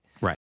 Right